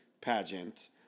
pageant